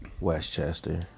westchester